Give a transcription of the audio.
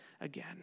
again